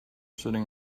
sitting